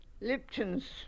Lipton's